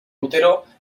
útero